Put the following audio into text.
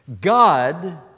God